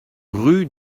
route